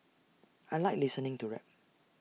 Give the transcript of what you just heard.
I Like listening to rap